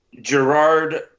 Gerard